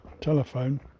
telephone